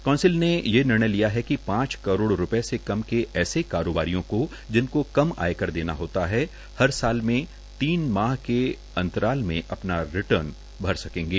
कौ संल ने ये नणय लया है क पांच करोड़ पये से कम के ऐसे कारोबा रय को जिनक कम आयकर देना होता है हर साल तीन माह के अंतराल म अपना रटन भर सकगे